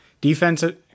defensive